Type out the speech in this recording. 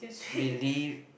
believe